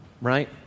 right